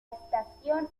estación